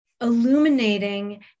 Illuminating